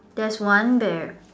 there's one there